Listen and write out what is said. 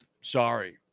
Sorry